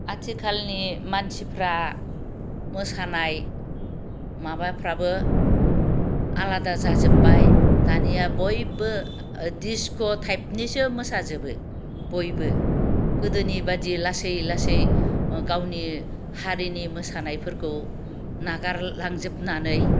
आथिखालनि मानसिफ्रा मोसानाय माबाफ्राबो आलादा जाजोब्बाय दानिया बयबो डिस्क' टाइपनिसो मोसाजोबो बयबो गोदोनि बायदि लासै लासै गावनि हारिनि मोसानायफोरखौ नागारलांजोबनानै